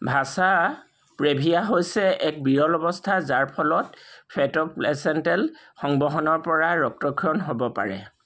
vasa previa হৈছে এক বিৰল অৱস্থা যাৰ ফলত ফেট'প্লেচেণ্টেল সংবহনৰ পৰা ৰক্তক্ষৰণ হ'ব পাৰে